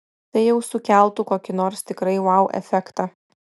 tai jau sukeltų kokį nors tikrai vau efektą